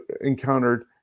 encountered